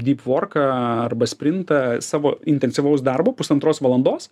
dyp vorką arba sprintą savo intensyvaus darbo pusantros valandos